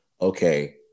okay